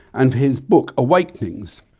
and for his book awakenings.